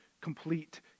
complete